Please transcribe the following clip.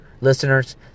Listeners